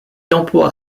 emploie